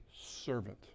servant